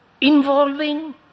involving